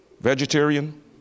vegetarian